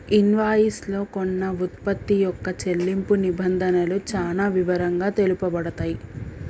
invoice లో కొన్న వుత్పత్తి యొక్క చెల్లింపు నిబంధనలు చానా వివరంగా తెలుపబడతయ్